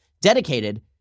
dedicated